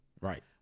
right